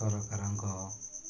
ସରକାରଙ୍କ